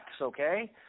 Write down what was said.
okay